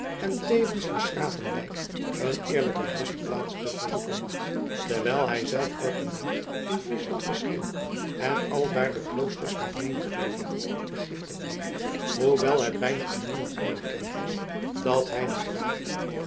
en tevens voor s graven lijk een eerlijke rustplaats te verzoeken terwijl hij zelf kort daarna in friesland verscheen en aldaar de kloosters met menig voorrecht begiftigde hoewel het bijna aan niemand onbekend was dat hij den graaf